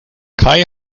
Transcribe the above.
kai